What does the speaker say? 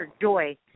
joy